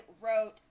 wrote